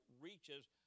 reaches